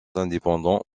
indépendants